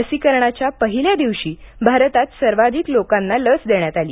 लसीकरणाच्या पहिल्या दिवशी भारतात सर्वाधिक लोकांना लस देण्यात आली